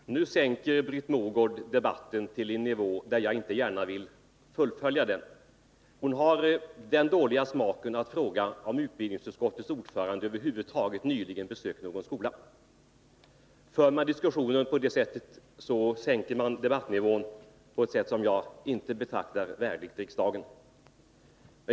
Fru talman! Nu sänker Britt Mogård debatten till en nivå där jag inte gärna vill fullfölja den. Hon har den dåliga smaken att fråga om utbildningsutskottets ordförande över huvud taget nyligen har besökt någon skola. För man diskussionen så, sänker man debattnivån på ett sätt som jag inte betraktar som värdigt riksdagen.